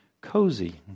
cozy